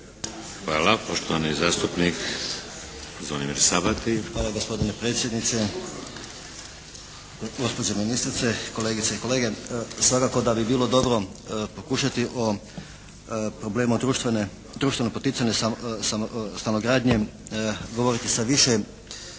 Sabati. **Sabati, Zvonimir (HSS)** Hvala gospodine predsjedniče, gospođo ministrice, kolegice i kolege. Svakako da bi bilo dobro pokušati o problemu društveno-poticajne stanogradnje govoriti sa više